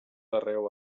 arreu